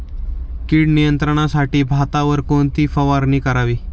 कीड नियंत्रणासाठी भातावर कोणती फवारणी करावी?